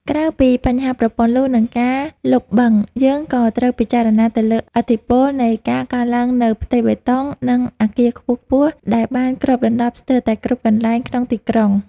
ក្រៅពីបញ្ហាប្រព័ន្ធលូ និងការលុបបឹង យើងក៏ត្រូវពិចារណាទៅលើឥទ្ធិពលនៃការកើនឡើងនូវផ្ទៃបេតុង និងអគារខ្ពស់ៗដែលបានគ្របដណ្តប់ស្ទើរតែគ្រប់កន្លែងក្នុងទីក្រុង។